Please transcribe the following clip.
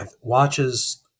watches